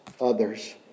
others